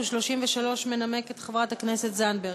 ואת 33 מנמקת חברת הכנסת זנדברג.